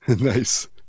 Nice